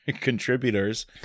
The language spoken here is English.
contributors